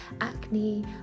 acne